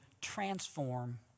transform